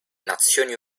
nazioni